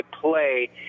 play